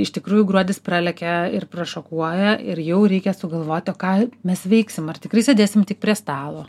iš tikrųjų gruodis pralekia ir prašokuoja ir jau reikia sugalvoti o ką mes veiksim ar tikrai sėdėsim tik prie stalo